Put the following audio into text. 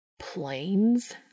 Planes